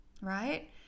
right